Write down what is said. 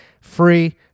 free